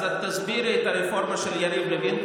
אז את תסבירי את הרפורמה של יריב לוין,